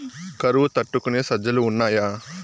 కరువు తట్టుకునే సజ్జలు ఉన్నాయా